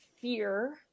fear